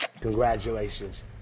Congratulations